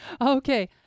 Okay